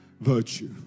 virtue